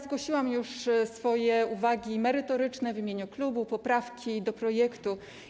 Zgłosiłam już swoje uwagi merytoryczne w imieniu klubu, poprawki do projektu.